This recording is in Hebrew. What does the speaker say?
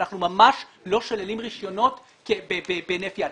אנחנו ממש לא שוללים רישיונות בהינף יד.